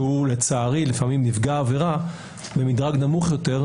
שהוא לצערי לפעמים נפגע העבירה במדרג נמוך יותר,